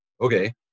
okay